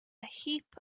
heap